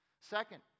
Second